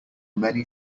many